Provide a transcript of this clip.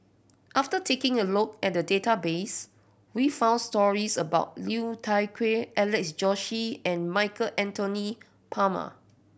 after taking a look at the database we found stories about Liu Thai Ker Alex Josey and Michael Anthony Palmer